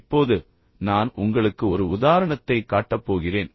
இப்போது நான் உங்களுக்கு ஒரு உதாரணத்தைக் காட்டப் போகிறேன்